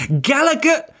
Gallagher